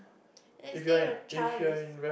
let's say your child is